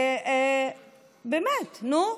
באמת, נו.